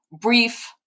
brief